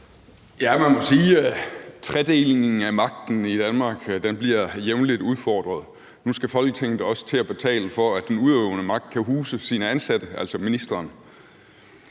Man må sige, at tredelingen af magten i Danmark jævnligt bliver udfordret. Nu skal Folketinget også til at betale for, at den udøvende magt kan huse sine ansatte, altså ministeren.